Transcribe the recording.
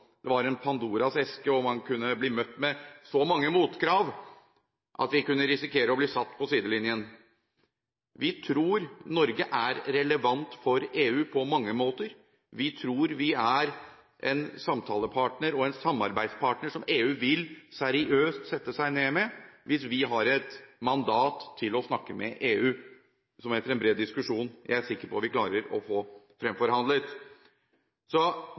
Det var en Pandoras eske, og man kunne bli møtt med så mange motkrav at man kunne risikere å bli satt på sidelinjen. Vi tror Norge er relevant for EU på mange måter. Vi tror vi er en samtalepartner og en samarbeidspartner som EU vil sette seg seriøst ned med, hvis vi har et mandat til å snakke med EU. Det er jeg sikker på at vi, etter en bred diskusjon, klarer å få fremforhandlet. Så